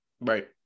Right